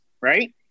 right